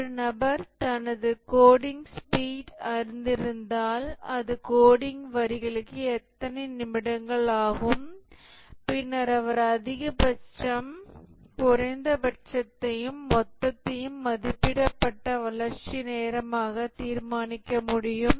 ஒரு நபர் தனது கோடிங் ஸ்பீட் அறிந்திருந்தால் அது கோடிங் வரிகளுக்கு எத்தனை நிமிடங்கள் ஆகும் பின்னர் அவர் அதிகபட்ச குறைந்தபட்சத்தையும் மொத்தத்தையும் மதிப்பிடப்பட்ட வளர்ச்சி நேரமாக தீர்மானிக்க முடியும்